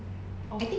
of